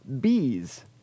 bees